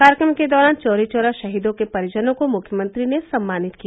कार्यक्रम के दौरान चौरी चौरा शहीदों के परिजनों को मुख्यमंत्री ने सम्मानित किया